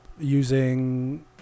using